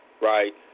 right